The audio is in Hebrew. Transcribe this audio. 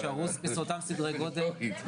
יישארו אותם סדרי גודל.